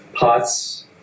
POTS